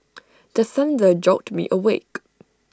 the thunder jolt me awake